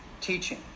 teaching